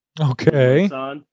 Okay